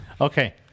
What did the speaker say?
Okay